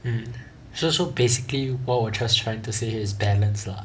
mm so basically what we're just trying to say is balance lah